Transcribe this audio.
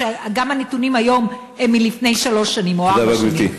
שגם הנתונים היום הם מלפני שלוש שנים או ארבע שנים,